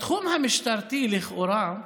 בתחום המשטרתי, לכאורה,